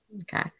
Okay